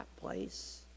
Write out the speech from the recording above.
place